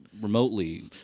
remotely